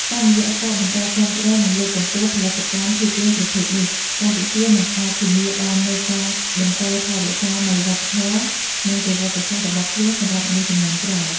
តាមរយៈការបន្តគាំទ្រ និងលើកកម្ពស់ផលិតកម្មភាពយន្តប្រភេទនេះ កម្ពុជានឹងអាចធានាបាននូវការបន្តថែរក្សានៃវប្បធម៌ និងប្រវត្តិសាស្ត្ររបស់ខ្លួនសម្រាប់មនុស្សជំនាន់ក្រោយ។